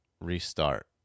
restart